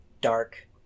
dark